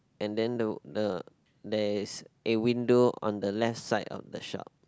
and then the the there is a window on the left side of the shop